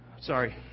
Sorry